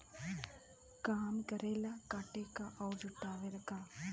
काम करेला काटे क अउर जुटावे क